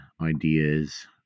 ideas